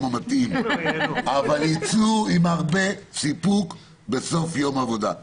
המתאים אבל יצאו עם הרבה סיפוק בסוף יום עבודה.